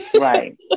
right